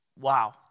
Wow